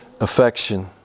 affection